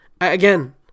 Again